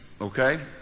Okay